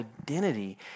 identity